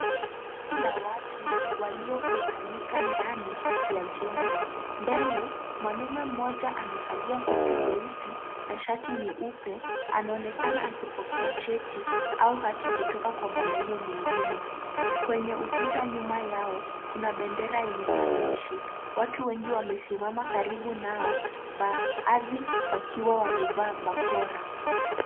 Kundi la watu walio kusanyika ndani ya jengo, mbele mwanaume mmoja amevalia koti jeusi na shati nyeupe anaonekana akipokea cheti au hati kutoka kwa mwanume mwingine. Kwenye ukuta nyuma yao kuna bendera yenye maandishi. Watu wengi wamesimama karibu nayo baadhi wakiwa wamevaa barakoa.